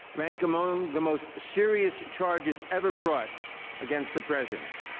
rank among the most serious charges ever brought against the president.